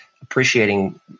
appreciating